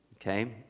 okay